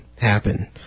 happen